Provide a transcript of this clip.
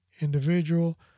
individual